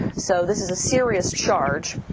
so this is a serious charge,